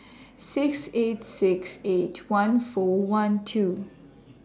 six eight six eight one four one two